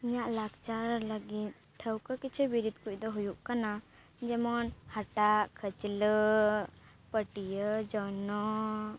ᱤᱧᱟᱹᱜ ᱞᱟᱠᱪᱟᱨ ᱞᱟᱹᱜᱤᱫ ᱴᱷᱟᱹᱣᱠᱟᱹ ᱠᱤᱪᱷᱩ ᱵᱤᱨᱤᱫᱽ ᱠᱩᱡ ᱫᱚ ᱦᱩᱭᱩᱜ ᱠᱟᱱᱟ ᱡᱮᱢᱚᱱ ᱦᱟᱴᱟᱜ ᱠᱷᱟᱹᱪᱞᱟᱹᱜ ᱯᱟᱹᱴᱭᱟᱹ ᱡᱚᱱᱚᱜ